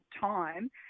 time